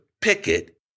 picket